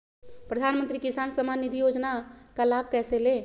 प्रधानमंत्री किसान समान निधि योजना का लाभ कैसे ले?